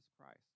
Christ